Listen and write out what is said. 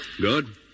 Good